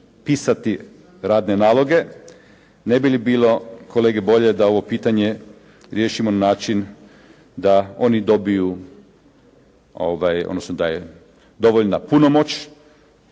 pisati radne naloge. Ne bi li bilo kolegi bolje da ovo pitanje riješimo na način da oni dobiju odnosno da je dovoljna punomoć,